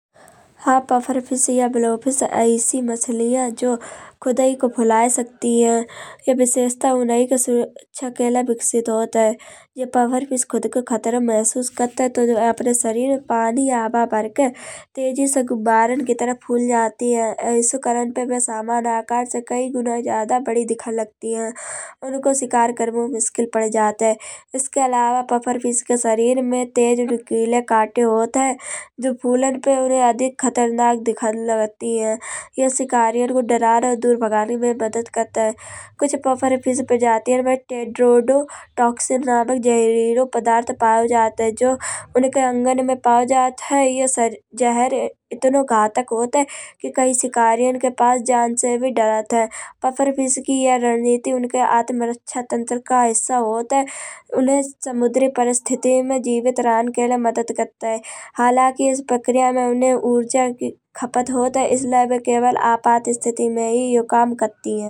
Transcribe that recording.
हाँ पफरफिश या ब्लोफिश ऐसी मछलिया जो खड़ाई जो फुलाय सकती है। यह विशेषता उन्हई के सुरक्षा के लय विकसित होत है। जब पफरफिश खुद को खतरे में महसूस करत है तो जो है। अपने शरीर पानी अभा भरके तेजी से गुब्बारन की तरह फुल जाती है। ऐसो कारण पे बे समान आकार से कई गुना ज्यादा बड़ी दिखन लगती है। उनको शिकार करबो मुश्किल पड़ जात है। इसके अलावा पफर फिश के शरीर में तेज नुकीले काटे होत है। जो फुलान पे उन्हे अधिक खतरनाक दिखान लगती है। यह शिकारियन को दरान और दूर भगाने में मदद करत है। कुछ पफर फिश प्रजातियन में केड्राडो टॉक्सिन नामक जहरीलो पदार्थ पाओ जात है। जो उनके अंगन में पाओ जात है। यह जहर इतनो घातक होत है कै शिकारियन के पास जान से भी दरत है। पफरफिश की यह रणनीति उनके आत्मरक्षा तंत्र का हिस्सा होत है। उन्हे समुद्री परिस्थिति में जीवित रहन के लिए मदद करत है। हालांकि इस प्रक्रिया में उन्हे ऊर्जा की खपत होत है। इसमें बे केवल आपात स्थिति में ही यो काम करती है।